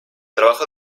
trabajo